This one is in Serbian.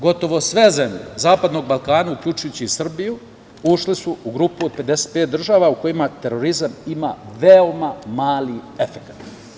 Gotovo sve zemlje Zapadnog Balkana, uključujući i Srbiju, ušle su u grupu od 55 država u kojima terorizam ima veoma mali efekat.